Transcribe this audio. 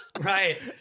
Right